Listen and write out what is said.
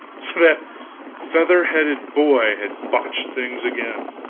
so, that feather-headed boy had botched things again!